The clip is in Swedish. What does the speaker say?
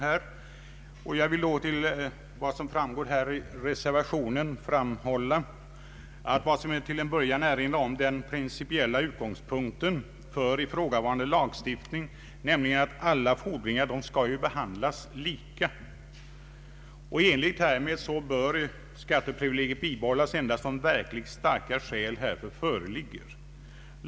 I anknytning till vad som framgår av reservationen vill jag till en början erinra om den principiella utgångspunkten för ifrågavarande lagstiftning, nämligen att alla fordringar skall behandlas lika. I enlighet härmed bör skatteprivilegiet bibehållas endast om verkligt starka skäl föreligger.